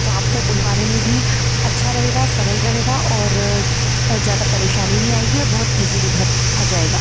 तो आपको बुलवाने में भी अच्छा रहेगा सरल रहेगा और ज़्यादा परेशानी नहीं आएगी और बहुत ईज़िली घर आ जाएगा